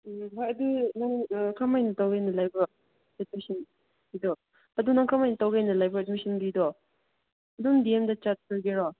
ꯎꯝ ꯍꯣꯏ ꯑꯗꯨ ꯅꯪ ꯀꯔꯝꯍꯥꯏꯅ ꯇꯧꯒꯦꯅ ꯂꯩꯕ꯭ꯔꯥ ꯑꯦꯗꯃꯤꯁꯟꯗꯣ ꯑꯗꯨ ꯅꯪ ꯀꯔꯝ ꯍꯥꯏꯅ ꯇꯧꯒꯦꯅ ꯂꯩꯕ꯭ꯔꯥ ꯑꯦꯗꯃꯤꯁꯟꯒꯤꯗꯣ ꯑꯗꯨꯝ ꯗꯤ ꯑꯦꯝꯗ ꯆꯠꯂꯒꯦꯔꯣ